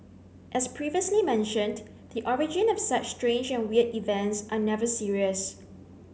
as previously mentioned the origin of such strange and weird events are never serious